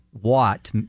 Watt